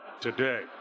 today